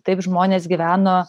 taip žmonės gyveno